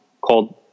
called